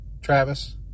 Travis